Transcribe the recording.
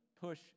push